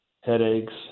headaches